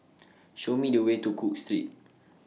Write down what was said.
Show Me The Way to Cook Street